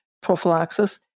prophylaxis